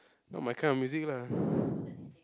not my kind of music lah